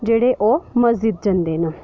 जेह्ड़े ओह् मस्जिद जंदे न